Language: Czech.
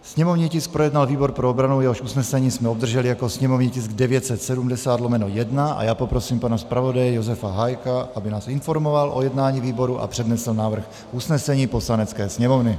Sněmovní tisk projednal výbor pro obranu, jehož usnesení jsme obdrželi jako sněmovní tisk 970/1, a já poprosím pana zpravodaje Josefa Hájka, aby nás informoval o jednání výboru a přednesl návrh usnesení Poslanecké sněmovny.